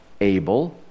Abel